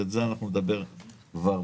על זה נדבר כבר